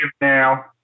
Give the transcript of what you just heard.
now